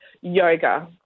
Yoga